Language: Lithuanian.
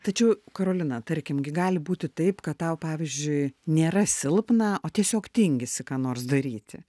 tačiau karolina tarkim gi gali būti taip kad tau pavyzdžiui nėra silpna o tiesiog tingisi ką nors daryti